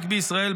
רק בישראל.